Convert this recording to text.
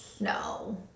no